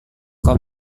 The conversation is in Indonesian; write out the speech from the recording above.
kau